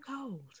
cold